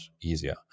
easier